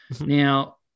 Now